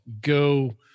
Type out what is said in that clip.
go